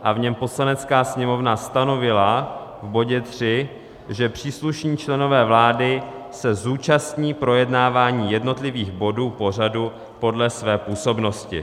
V něm Poslanecká sněmovna stanovila v bodě 3, že příslušní členové vlády se zúčastní projednávání jednotlivých bodů pořadu podle své působnosti.